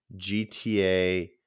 GTA